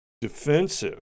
defensive